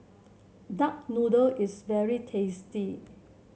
Duck Noodle is very tasty